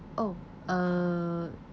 oh uh